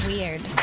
Weird